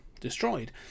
destroyed